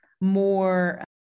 more